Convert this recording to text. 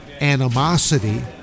animosity